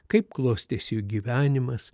kaip klostėsi jų gyvenimas